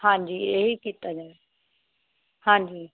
ਹਾਂਜੀ ਇਹੀ ਕੀਤਾ ਜਾਏ ਹਾਂਜੀ